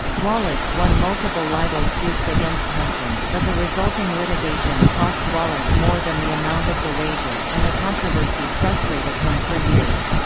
wallace won multiple libel suits against hampden, but the resulting litigation cost wallace more than the amount of the wager, and the controversy frustrated him for years.